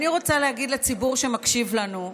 אני רוצה להגיד לציבור שמקשיב לנו: